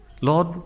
Lord